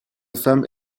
femmes